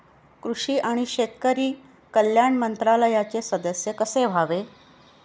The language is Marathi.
कृषी आणि शेतकरी कल्याण मंत्रालयाचे सदस्य कसे व्हावे?